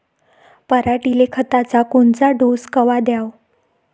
पऱ्हाटीले खताचा कोनचा डोस कवा द्याव?